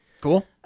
cool